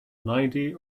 ninety